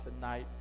tonight